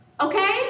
okay